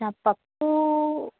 अच्छा पप्पू